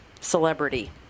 celebrity